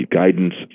guidance